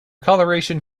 coloration